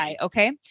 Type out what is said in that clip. Okay